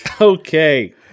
Okay